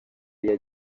yari